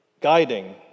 guiding